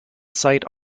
site